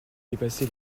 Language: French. dépassé